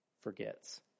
forgets